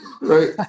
Right